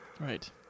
Right